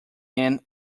end